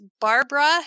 Barbara